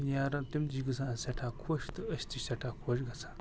یارن تِم تہِ چھِ گژھان سٮ۪ٹھاہ خۄش تہٕ أسۍ تہِ چھِ سٮ۪ٹھاہ خۄش گژھان